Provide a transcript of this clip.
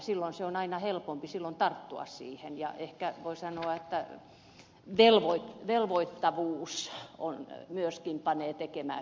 silloin on aina helpompi tarttua siihen ja ehkä voi sanoa että velvoittavuus myöskin panee tekemään